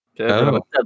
okay